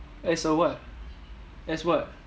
as a what as what